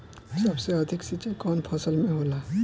सबसे अधिक सिंचाई कवन फसल में होला?